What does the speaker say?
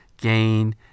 gain